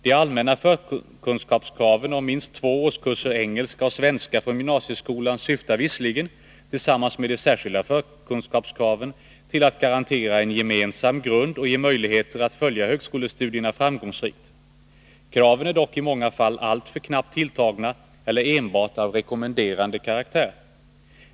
De allmänna förkunskapskraven om minst två årskurser engelska och svenska från gymnasieskolan syftar visserligen — tillsammans med de särskilda förkunskapskraven -— till att garantera en gemensam grund och ge möjligheter att följa högskolestudierna framgångsrikt. Kraven är dock i många fall alltför knappt tilltagna eller enbart av rekommenderande karaktär.